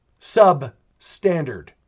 substandard